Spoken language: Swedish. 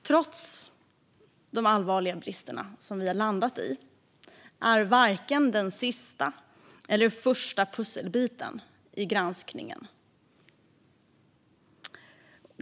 Trots de allvarliga brister som vi har funnit är de varken den första eller sista pusselbiten i granskningen.